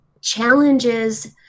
challenges